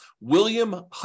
William